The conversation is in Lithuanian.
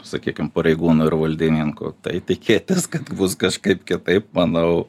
sakykime pareigūnų ir valdininkų tai tikėtis kad bus kažkaip kitaip manau